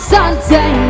Sunday